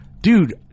dude